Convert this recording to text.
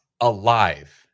alive